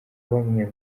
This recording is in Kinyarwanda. bamwe